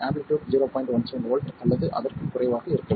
17 volt அல்லது அதற்கும் குறைவாக இருக்க வேண்டும்